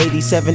87